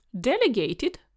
delegated